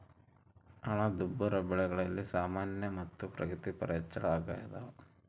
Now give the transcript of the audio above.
ಹಣದುಬ್ಬರ ಬೆಲೆಗಳಲ್ಲಿ ಸಾಮಾನ್ಯ ಮತ್ತು ಪ್ರಗತಿಪರ ಹೆಚ್ಚಳ ಅಗ್ಯಾದ